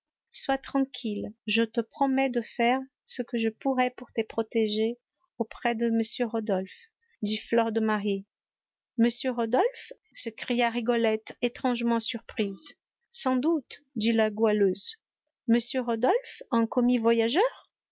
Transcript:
sois tranquille je te promets de faire ce que je pourrai pour tes protégés auprès de m rodolphe dit fleur de marie m rodolphe s'écria rigolette étrangement surprise sans doute dit la goualeuse m rodolphe un commis voyageur